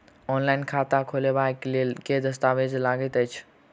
Online खाता खोलबय लेल केँ दस्तावेज लागति अछि?